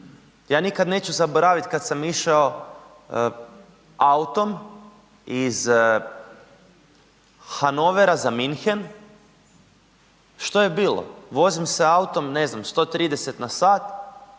Ja nikad neću zaboraviti kad sam išao autom iz Hannovera za München, što je bilo? Vozim se autom, ne znam, 130 na sat,